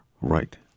Right